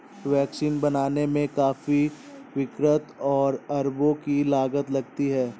vaccine बनाने में काफी वक़्त और अरबों की लागत लगती है